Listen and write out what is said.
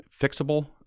fixable